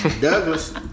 Douglas